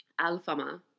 Alfama